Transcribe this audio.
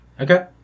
Okay